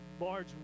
large